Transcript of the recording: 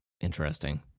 interesting